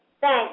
Thanks